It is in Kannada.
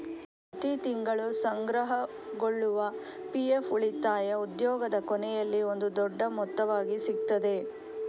ಪ್ರತಿ ತಿಂಗಳು ಸಂಗ್ರಹಗೊಳ್ಳುವ ಪಿ.ಎಫ್ ಉಳಿತಾಯ ಉದ್ಯೋಗದ ಕೊನೆಯಲ್ಲಿ ಒಂದು ದೊಡ್ಡ ಮೊತ್ತವಾಗಿ ಸಿಗ್ತದೆ